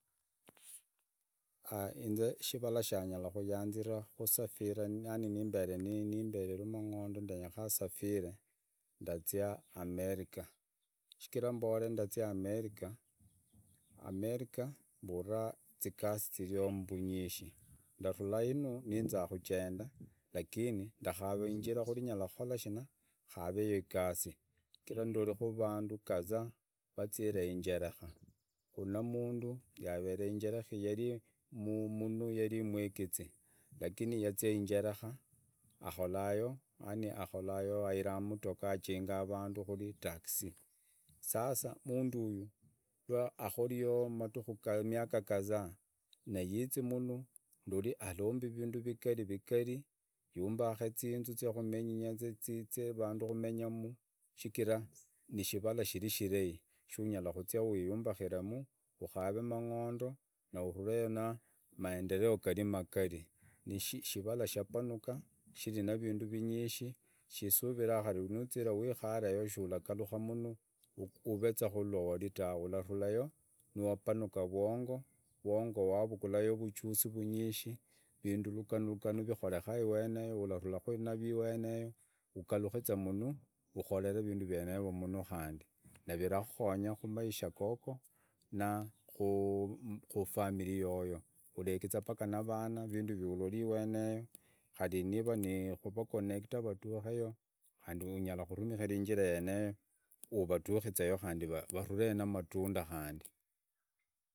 inze kivala cha nyara kuyanza kusafira yaani nembere ne- nembere da mengondo ndenyekana safira ndazia america mbore ndazia chigara mbore america, mbula zigazi ziveya kurywinge, ndatula hinu nzia kogenda lakini ndakava inzira kule nyaraka kora ngave yo igasi, chigara ndoriku avandu kadha vazive engereka ola umundu yari mno kele umwigizi, lakini ya riwayazia angereka akarayo kuginga avandu mdoga taxic xaxamundugu akoriyo imwiga kadha yakazaz mno ndoli harambi ivindu vikalivikali yakwombaka zinyumba zia avandu kumenyamu chigara nikivala kilahi chunyara kuzia wiyumbakirimu ukaremu amangondo na utuleyo na amaendeleo amanene nikivala chapanuka kuvi nivindu ivinge sisuviva kara nuzia nuwikarayo suragaruka yenu oveza suwari dave uraturayo wapanuka uvwongo wavugulayo uvujuze uvwingi vindu luganologano vikoreka uweneyo uraturaku navyo weneyo ugarukeze yeno ukorere ivindu vyenevyo yenu na virakokonya kumaisha gogo na kufamili yoyo uligiza paka nz vana ivindu vyololi wenayo kari niva nukuvacnnect vadukeyo unyara kutumikira inzira eyo uvadukizeyo vatureyo na amatunda.